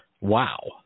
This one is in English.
Wow